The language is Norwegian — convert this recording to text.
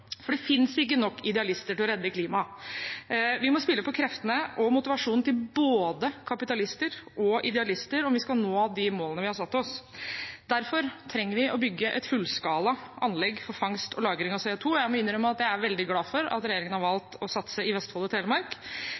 For det finnes ikke nok idealister til å redde klimaet. Vi må spille på kreftene og motivasjonen til både kapitalister og idealister om vi skal nå de målene vi har satt oss. Derfor trenger vi å bygge et fullskala anlegg for fangst og lagring av CO 2 . Jeg må innrømme at jeg er veldig glad for at regjeringen har valgt å satse i Vestfold og Telemark.